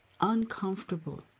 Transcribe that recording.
uncomfortable